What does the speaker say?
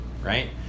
right